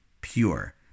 pure